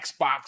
Xbox